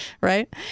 Right